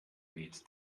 weht